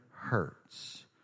hurts